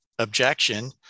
Objection